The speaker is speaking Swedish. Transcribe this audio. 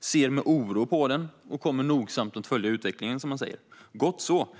ser med oro på den och kommer nogsamt att följa utvecklingen. Det är gott så.